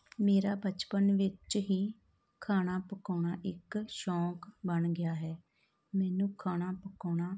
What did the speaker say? ਮੇਰਾ ਬਚਪਨ ਵਿੱਚ ਹੀ ਖਾਣਾ ਪਕਾਉਣਾ ਇੱਕ ਸ਼ੌਂਕ ਬਣ ਗਿਆ ਹੈ ਮੈਨੂੰ ਖਾਣਾ ਪਕਾਉਣਾ